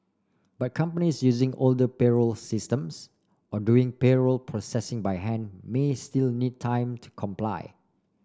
but companies using older payroll systems or doing payroll processing by hand may still need time to comply